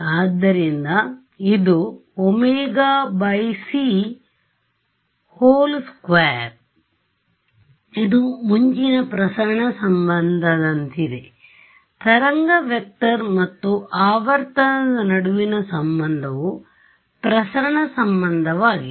ಆದ್ದರಿಂದ ಇದುωc2 ಇದು ಮುಂಚಿನ ಪ್ರಸರಣ ಸಂಬಂಧದಂತಿದೆ ತರಂಗ ವೆಕ್ಟರ್ ಮತ್ತು ಆವರ್ತನದ ನಡುವಿನ ಸಂಬಂಧವು ಪ್ರಸರಣ ಸಂಬಂಧವಾಗಿದೆ